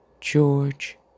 George